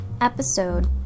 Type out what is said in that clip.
episode